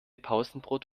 pausenbrot